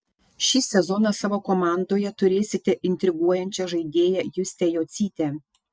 šį sezoną savo komandoje turėsite intriguojančią žaidėją justę jocytę